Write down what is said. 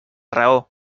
raó